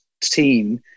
team